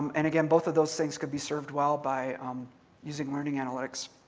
and again, both of those things could be served well by using learning analytics.